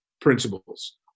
principles